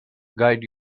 guide